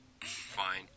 Fine